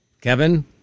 Kevin